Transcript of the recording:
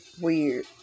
weird